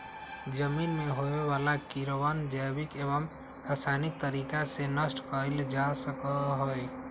जमीन में होवे वाला कीड़वन जैविक एवं रसायनिक तरीका से नष्ट कइल जा सका हई